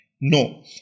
No